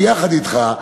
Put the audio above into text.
ביחד אתך,